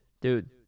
Dude